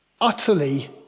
utterly